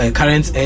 current